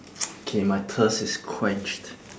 okay my thirst is quenched